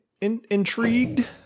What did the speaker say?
Intrigued